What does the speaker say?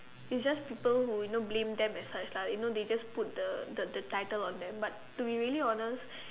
it's just people who you know blame them it's like it's like you know they just put the the the title on them but to be really honest